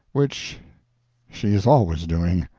which she is always doing.